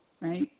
right